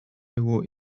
digu